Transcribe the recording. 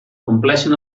compleixin